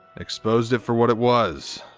exposed it for what it was.